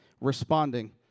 responding